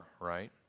right